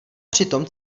přitom